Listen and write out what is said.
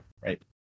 right